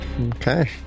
Okay